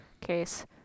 case